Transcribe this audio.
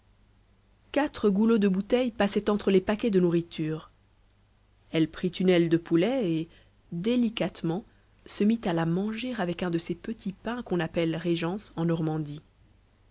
quatre goulots de bouteilles passaient entre les paquets de nourriture elle prit une aile de poulet et délicatement se mit à la manger avec un de ces petits pains qu'on appelle régence en normandie